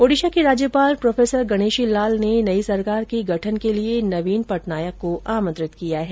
ओडिशा के राज्यपाल प्रोफेसर गणेशी लाल ने नई सरकार के गठन के लिए नवीन पटनायक को आमंत्रित किया है